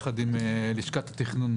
יחד עם לשכת התכנון,